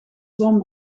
zwom